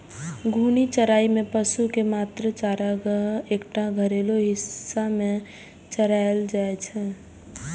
घूर्णी चराइ मे पशु कें मात्र चारागाहक एकटा घेरल हिस्सा मे चराएल जाइ छै